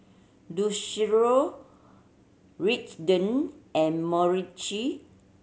Lucero Raiden and